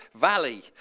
valley